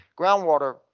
groundwater